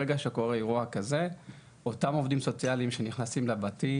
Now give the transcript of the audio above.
ברגע שקורה אירוע כזה אותם עובדים סוציאליים שנכנסים לבתים